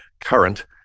current